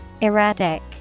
Erratic